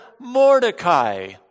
Mordecai